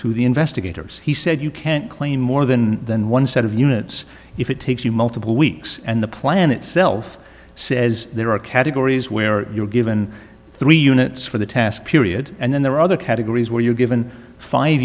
to the investigators he said you can't claim more in than one set of units if it takes you multiple weeks and the plan itself says there are categories where you are given three units for the task period and then there are other categories where you are given five